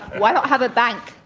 why not have a bank?